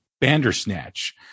Bandersnatch